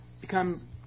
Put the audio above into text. become